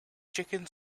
chicken